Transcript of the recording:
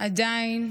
עדיין